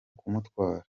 kumutwara